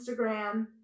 Instagram